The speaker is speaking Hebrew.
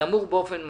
נמוך באופן משמעותי,